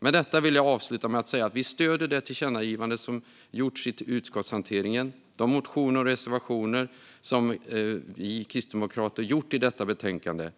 Därmed vill jag avsluta med att säga att vi stöder det förslag till tillkännagivande som gjorts i utskottshanteringen och Kristdemokraternas motioner och reservationer i detta betänkande.